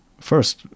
first